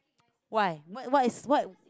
why what what is what